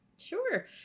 Sure